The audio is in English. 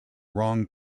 wrong